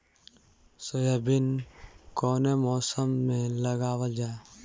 Soybean कौने मौसम में लगावल जा?